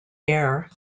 air